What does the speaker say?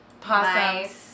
possums